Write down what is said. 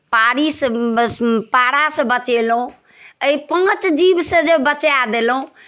पाड़ीसँ पाड़ासँ बचेलहुँ एहि पाँच जीवसँ जे बचाए देलहुँ